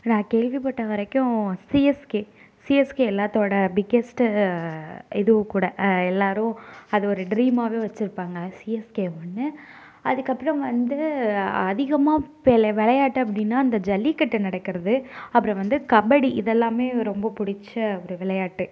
நான் கேள்விப்பட்ட வரைக்கும் சிஎஸ்கே சிஎஸ்கே எல்லாத்தோட பிக்கஸ்ட் இதுவும் கூட எல்லாேரும் அது ஒரு ட்ரீம்மாகவே வச்சுருப்பாங்க சிஎஸ்கே ஒன்று அதுக்கப்புறம் வந்து அதிகமாக வே விளையாட்டு அப்படினால் இந்த ஜல்லிக்கட்டு நடக்கிறது அப்புறம் வந்து கபடி இதெல்லாமே ரொம்ப பிடிச்ச ஒரு விளையாட்டு